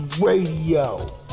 Radio